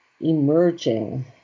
emerging